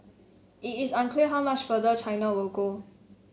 it is unclear how much farther China will go